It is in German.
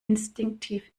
instinktiv